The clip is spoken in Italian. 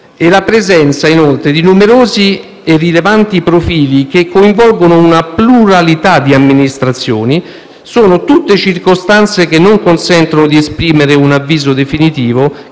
e la presenza, inoltre, di numerosi e rilevanti profili che coinvolgono una pluralità di amministrazioni, sono tutte circostanze che non consentono di esprimere un avviso definitivo,